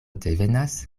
devenas